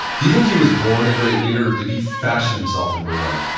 do you think he was born a great leader? or did he fashion himself into one?